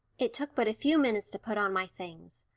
it took but a few minutes to put on my things.